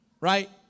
right